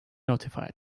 notified